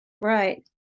Right